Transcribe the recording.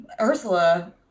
Ursula